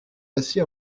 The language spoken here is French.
assis